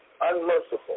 unmerciful